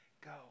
go